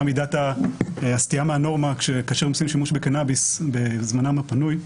מידת הסטייה מהנורמה כאשר עושים שימוש בקנאביס בזמנם הפנוי,